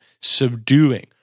subduing